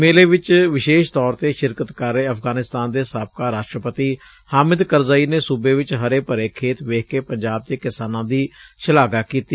ਮੇਲੇ ਚ ਵਿਸ਼ੇਸ਼ ਤੌਰ ਤੇ ਸ਼ਿਰਕਤ ਕਰ ਰਹੇ ਅਫਗਾਨਿਸਤਾਨ ਦੇ ਸਾਬਕਾ ਰਾਸ਼ਟਰਪਤੀ ਹਾਮਿਦ ਕਰੱਜ਼ਈ ਨੇ ਸੂਬੇ ਚ ਹਰੇ ਭਰੇ ਖੇਤ ਵੇਖ ਕੇ ਪੰਜਾਬ ਦੇ ਕਿਸਾਨਾਂ ਦੀ ਸ਼ਲਾਘਾ ਕੀਤੀ